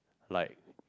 like